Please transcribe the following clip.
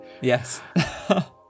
yes